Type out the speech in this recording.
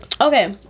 okay